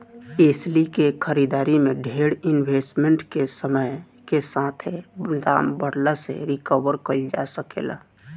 एस्ली के खरीदारी में डेर इन्वेस्टमेंट के समय के साथे दाम बढ़ला से रिकवर कईल जा सके ला